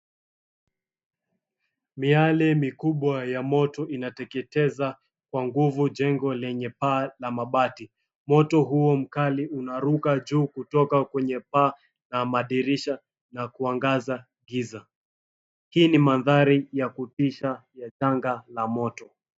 Miale mikubwa ya moto inateketeza kwa nguvu jengo lenye paa la mabati. Moto huo mkali unaruka juu kutoka kwenye paa na madirisha na kuangaza giza. Hii ni manthari ya kutisha ya janga la moto.